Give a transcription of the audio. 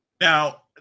Now